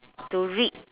to read